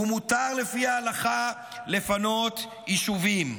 ומותר לפי ההלכה לפנות יישובים,